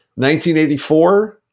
1984